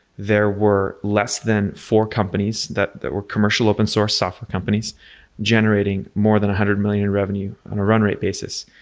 there were less than four companies that that were commercial open source software companies generating more than one hundred million revenue on a run rate basis,